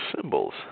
symbols